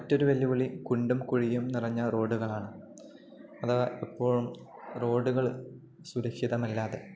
മറ്റൊരു വെല്ലുവിളി കുണ്ടും കുഴിയും നിറഞ്ഞ റോഡുകളാണ് അഥവാ എപ്പോഴും റോഡുകള് സുരക്ഷിതമല്ലാതെ